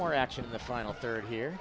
more action in the final third here